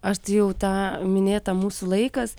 aš tai jau tą minėtą mūsų laikas